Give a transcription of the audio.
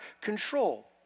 control